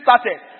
started